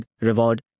Reward